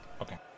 Okay